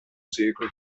segue